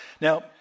Now